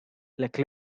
like